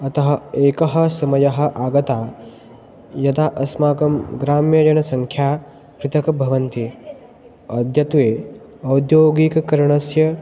अतः एकः समयः आगतः यदा अस्माकं ग्राम्यजनसङ्ख्या पृथक् भवति अद्यत्वे औद्योगिककरणस्य